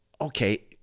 Okay